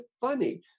funny